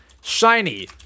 shiny